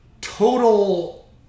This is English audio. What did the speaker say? total